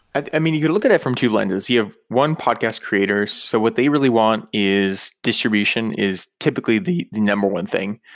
i mean you're looking at it from two lenses. you have, one, podcast creators. so what they really want is distribution is typically the number one thing.